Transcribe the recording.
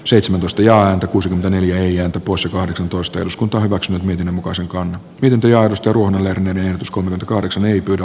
seitsemän mustiaan kuusikymmentäneljä topossa kahdeksantoista eduskunta hyväksyi miten muka silkkaan yhdy arvosteluun väyrynen ei uskonut kahdeksan ei pyydä